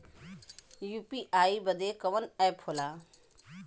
UPI बदे कवन app होला?